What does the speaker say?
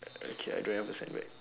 uh okay I don't have a sandbag